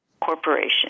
corporation